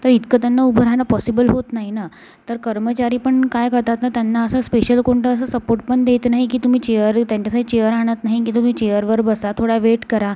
तर इतकं त्यांना उभं राहाणं पॉसिबल होत नाही ना तर कर्मचारी पण काय करतात ना त्यांना असं स्पेशल कोणता असा सपोर्टपण देत नाही की तुम्ही चेअरही त्याच्यासाठी चेअर आणत नाही की तुम्ही चेअरवर बसा थोडा वेट करा